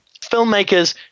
Filmmakers